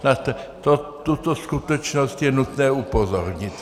Na tuto skutečnost je nutné upozornit.